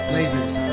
Lasers